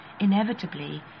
Inevitably